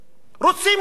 רוצים לעבוד.